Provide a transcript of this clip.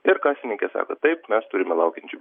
ir kasininkė sako taip mes turime laukiančiųjų